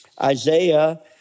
Isaiah